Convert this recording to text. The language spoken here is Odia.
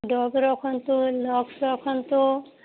ଡୋଭ ରଖନ୍ତୁ ଲକ୍ସ ରଖନ୍ତୁ